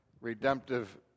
redemptive